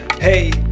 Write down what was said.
Hey